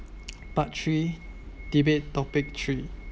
part three debate topic three